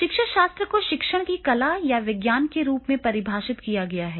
शिक्षाशास्त्र को शिक्षण की कला या विज्ञान के रूप में परिभाषित किया गया है